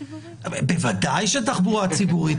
בוודאי שתחבורה ציבורית.